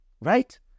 right